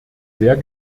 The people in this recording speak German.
sehr